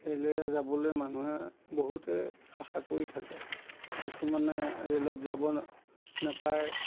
ৰে'লেৰে যাবলৈ মানুহে বহুতে আশা কৰি থাকে কিছুমানে ৰে'লত যাব নাপায়